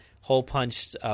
hole-punched